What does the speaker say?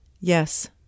Yes